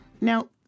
now